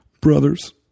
brothers